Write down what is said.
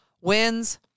wins